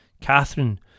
Catherine